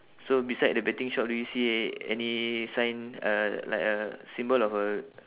so beside the betting shop do you see any sign uh like a symbol of a